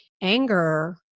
anger